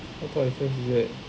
what type of effect is that